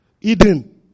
Eden